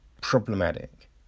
problematic